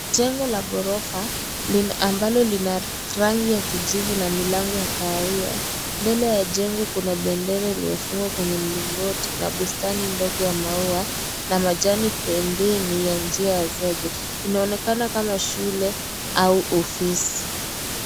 Jengo la ghorofa ambalo lina rangi ya kijivu na milango ya kahawia. Mbele ya jengo kuna bendera iliyofungwa kwenye mlingoti na bustani ndogo ya maua na majani pembeni ya njia ya zege. Inaonekana kama shule au ofisi.